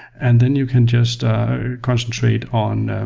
and then you can just concentrate on